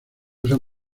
usa